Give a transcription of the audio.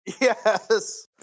yes